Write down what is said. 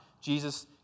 Jesus